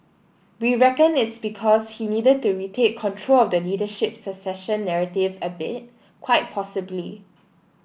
we reckon it's because he needed to retake control of the leadership succession narrative a bit quite possibly